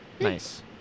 nice